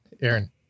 Aaron